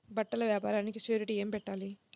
బట్టల వ్యాపారానికి షూరిటీ ఏమి పెట్టాలి?